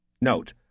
note